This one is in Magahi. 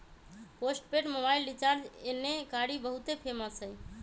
पोस्टपेड मोबाइल रिचार्ज एन्ने कारि बहुते फेमस हई